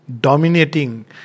Dominating